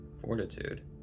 Fortitude